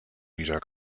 liter